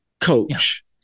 coach